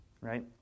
right